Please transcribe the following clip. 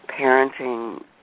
parenting